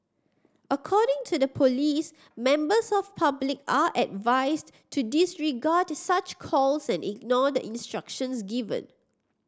according to the police members of public are advised to disregard such calls and ignore the instructions given